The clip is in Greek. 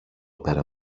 πέρα